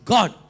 God